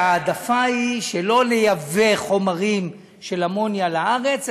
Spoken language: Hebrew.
וההעדפה היא שלא לייבא חומרים של אמוניה לארץ,